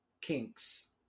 kinks